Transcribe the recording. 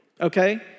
okay